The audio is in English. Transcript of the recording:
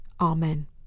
Amen